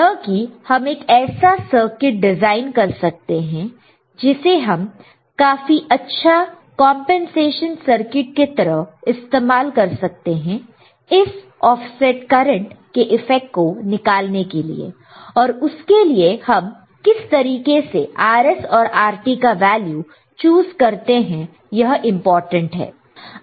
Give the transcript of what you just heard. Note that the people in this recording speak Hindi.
यह कि हम एक ऐसा सर्किट डिजाइन कर सकते हैं जिसे हम काफी अच्छा कंपनसेशन सर्किट के तरह इस्तेमाल कर सकते हैं इस ऑफसेट करंट के इफेक्ट को निकालने के लिए और उसके लिए हम किस तरीके से Rs और Rt का वैल्यू चुज करते हैं यह इंपॉर्टेंट है